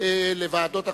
להעביר לוועדות אחרות.